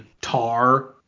tar